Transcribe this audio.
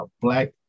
black